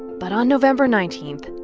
but on november nineteen,